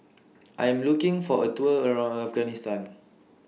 I Am looking For A Tour around Afghanistan